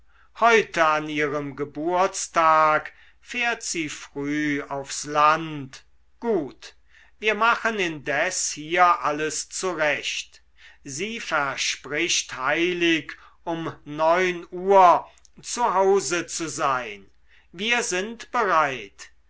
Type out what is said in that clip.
heute an ihrem geburtstag fährt sie früh aufs land gut wir machen indes hier alles zurecht sie verspricht heilig um so neun uhr zu hause zu sein wir sind bereit